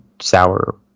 sour